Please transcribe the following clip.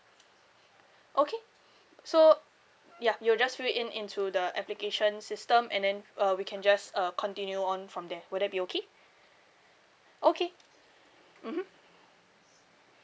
okay so ya you'll just fill it in into the application system and then uh we can just uh continue on from there would that be okay okay mmhmm